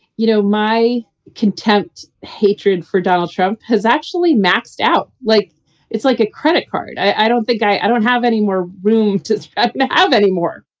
you know, my contempt, hatred for donald trump has actually maxed out. like it's like a credit card. i don't think, guy, i don't have any more room to have anymore.